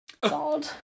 God